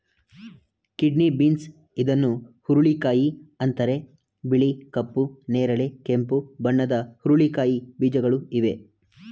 kidney beans ಇದನ್ನು ಹುರುಳಿಕಾಯಿ ಅಂತರೆ ಬಿಳಿ, ಕಪ್ಪು, ನೇರಳೆ, ಕೆಂಪು ಬಣ್ಣದ ಹುರಳಿಕಾಯಿ ಬೀಜಗಳು ಇವೆ